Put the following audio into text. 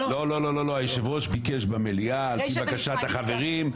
לא, לא, יושב הראש ביקש במליאה על פי בקשת החברים.